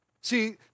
See